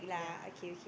yeah